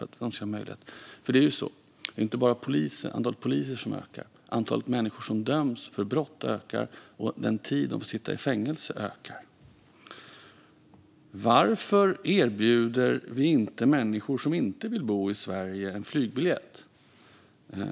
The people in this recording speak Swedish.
Det är nämligen inte bara antalet poliser som ökar. Antalet människor som döms för brott ökar också, liksom den tid de får sitta i fängelse. Ann-Christine From Utterstedt frågar också: Varför erbjuder vi inte människor som inte vill bo i Sverige en flygbiljett?